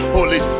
Holy